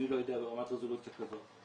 אני לא יודע ברמת רזולוציה כזו.